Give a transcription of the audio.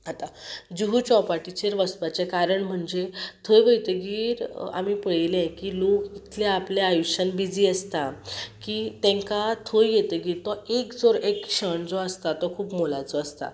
आतां जुहू चौपाटीचेर वसपाचें कारण म्हणजे थंय वयतगीर आमी पळयलें की लोक इतले आपल्या आयुश्यान बिजी आसता की तेंकां थंय येतगीर तो एक जर एक क्षण जो आसता तो खूब मोलाचो आसता